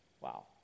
Wow